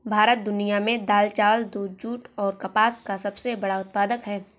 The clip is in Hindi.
भारत दुनिया में दाल, चावल, दूध, जूट और कपास का सबसे बड़ा उत्पादक है